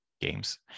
games